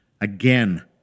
again